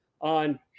on